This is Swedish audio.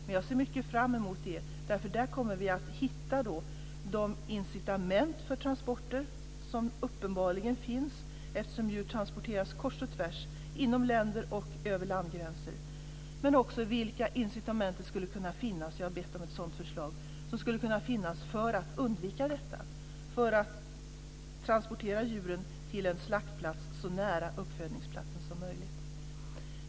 Men jag ser mycket fram emot resultatet, därför att där kommer vi att hitta de incitament för transporter som uppenbarligen finns, eftersom djur transporteras kors och tvärs inom länder och över landgränser. Jag har bett om ett förslag på vilka incitament det skulle kunna finnas för att undvika detta, för att transportera djuren till en slaktplats så nära uppfödningsplatsen som möjligt.